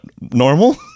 normal